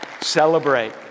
celebrate